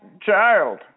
child